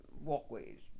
walkways